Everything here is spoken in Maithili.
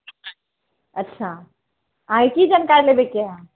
ठिक छै अच्छा अहाँ की जनकारी लेबे के हय